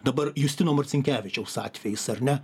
dabar justino marcinkevičiaus atvejis ar ne